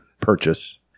purchase